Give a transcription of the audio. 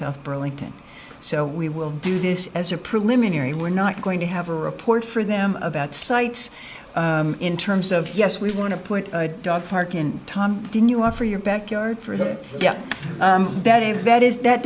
south burlington so we will do this as a preliminary we're not going to have a report for them about sites in terms of yes we want to put a dog park in tom didn't you offer your backyard for it betty but that is that